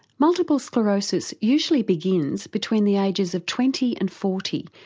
multiple sclerosis usually begins between the ages of twenty and forty,